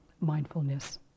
mindfulness